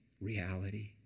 reality